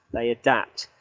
they adapt.